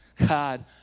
God